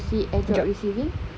you see AirDrop receiving